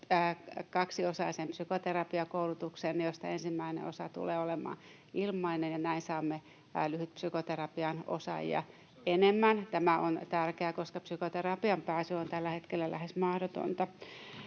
kaksiosaisen psykoterapiakoulutuksen, josta ensimmäinen osa tulee olemaan ilmainen, ja näin saamme lyhytpsykoterapian osaajia enemmän. Tämä on tärkeää, koska psykoterapiaan pääsy on tällä hetkellä lähes mahdotonta.